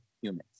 humans